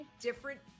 different